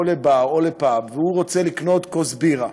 לבר או לפאב ורוצה לקנות כוס בירה,